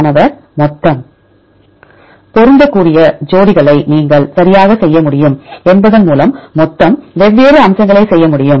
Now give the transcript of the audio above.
மாணவர் மொத்தம் பொருந்தக்கூடிய ஜோடிகளை நீங்கள் சரியாகச் செய்ய முடியும் என்பதன் மூலம் மொத்தம் வெவ்வேறு அம்சங்களைச் செய்ய முடியும்